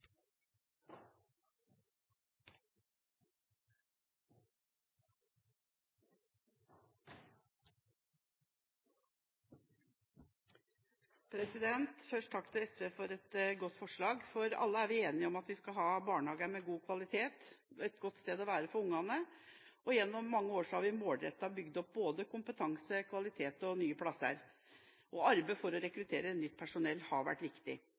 enige om at vi skal ha barnehager med god kvalitet, som er et godt sted å være for ungene. Gjennom mange år har vi målrettet bygd opp både kompetanse, kvalitet og nye plasser, og arbeidet for å rekruttere nytt personell har vært viktig.